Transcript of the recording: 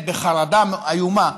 בחרדה איומה,